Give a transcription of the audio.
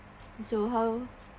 so how